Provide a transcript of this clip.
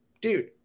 Dude